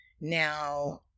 Now